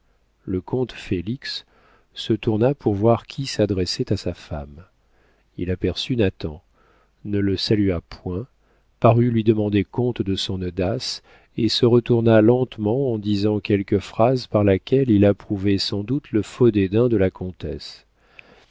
le comte félix se tourna pour voir qui s'adressait à sa femme il aperçut nathan ne le salua point parut lui demander compte de son audace et se retourna lentement en disant quelque phrase par laquelle il approuvait sans doute le faux dédain de la comtesse